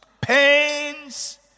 pains